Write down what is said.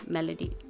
Melody